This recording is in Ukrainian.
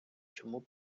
чому